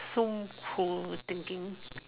so cruel thinking